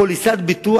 פוליסת ביטוח,